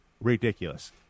ridiculous